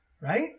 right